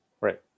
Right